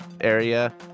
area